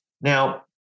Now